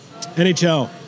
NHL